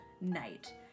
night